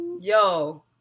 Yo